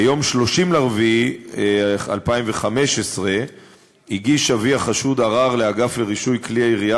ביום 30 באפריל 2015 הגיש אבי החשוד ערר לאגף לרישוי כלי ירייה